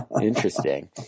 interesting